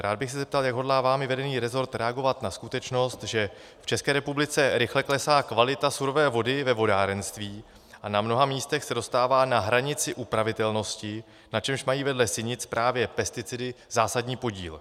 Rád bych se zeptal, jak hodlá vámi vedený resort reagovat na skutečnost, že v České republice rychle klesá kvalita surové vody ve vodárenství a na mnoha místech se dostává na hranici upravitelnosti, na čemž mají vedle sinic právě pesticidy zásadní podíl.